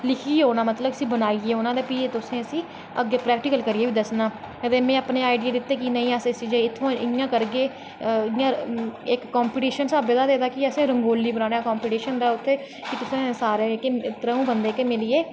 लिखियै औना तुसें मतलव बनाईयै औना ते फ्ही तुसें अग्गैं प्रैक्टिकल करियै बी दस्सना ते में अपना आडिया दित्ता कि नेईं अस इत्थमां दा इयं करगे इक कंपिटिशन हिसावे दा गै हा कि असैं रंगोली बनाने दा कंपिटिशन हा उत्थें तुसें सारें त्रऊं बंदे मिलियै जेह्का